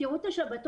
תראו את השבתות.